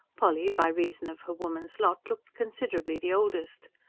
polly, by reason of her woman's lot, looked considerably the oldest.